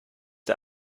der